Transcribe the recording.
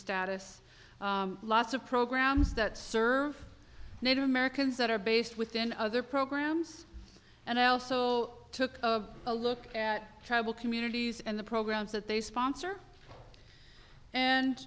status lots of programs that serve native americans that are based within other programs and i also took a look at tribal communities and the programs that they sponsor and